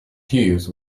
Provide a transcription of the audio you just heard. hughes